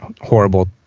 horrible